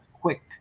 quick